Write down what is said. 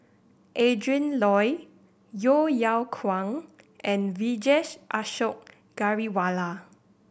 Adrin Loi Yeo Yeow Kwang and Vijesh Ashok Ghariwala